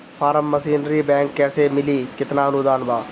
Form machinery bank कैसे मिली कितना अनुदान बा?